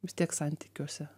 vis tiek santykiuose